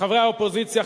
חברי האופוזיציה,